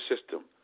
system